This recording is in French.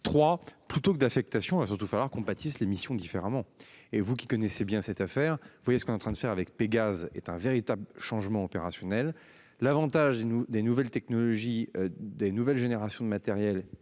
trois plutôt que d'affectation va surtout falloir compatissent l'émission différemment et vous qui connaissez bien cette affaire, vous voyez ce qu'on en train de faire avec Pégase est un véritable changement opérationnel l'avantage nous des nouvelles technologies, des nouvelles générations de matériel,